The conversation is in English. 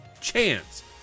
chance